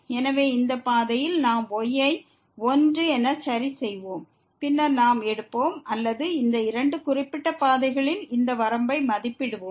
எனவே இந்த பாதையில் நாம் y ஐ 1 என சரி செய்வோம் பின்னர் நாம் எடுப்போம் அல்லது இந்த இரண்டு குறிப்பிட்ட பாதைகளில் இந்த வரம்பை மதிப்பிடுவோம்